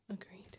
Agreed